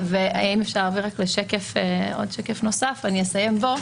אם אפשר להעביר לשקף נוסף, אני אסיים בו.